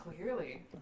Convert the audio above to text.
clearly